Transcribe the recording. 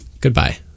Goodbye